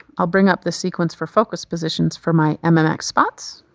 i'll bring up the sequence for focus positions for my mmx spots,